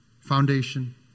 foundation